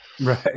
Right